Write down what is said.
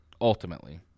ultimately